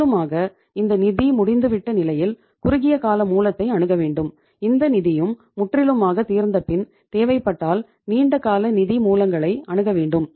முற்றிலுமாக இந்த நிதி முடிந்துவிட்ட நிலையில் குறுகியகால மூலத்தை அணுக வேண்டும் இந்த நிதியும் முற்றிலுமாக தீர்ந்தபின் தேவைப்பட்டால் நீண்ட கால நிதி மூலங்களை அணுக வேண்டும்